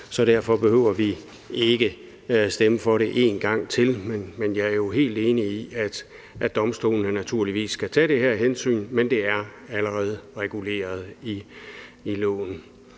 så derfor behøver vi ikke stemme for det en gang til. Jeg er jo helt enig i, at domstolene naturligvis skal tage det her hensyn, men det er allerede reguleret i loven.